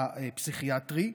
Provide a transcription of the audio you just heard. והפסיכיאטרי.